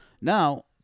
Now